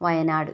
Wayanad